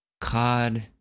COD